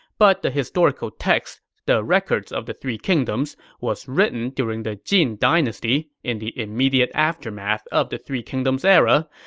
but the historical text the records of the three kingdoms was written during the jin dynasty, in the immediate aftermath of the three kingdoms era,